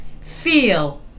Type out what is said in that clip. Feel